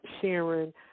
Sharon